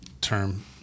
term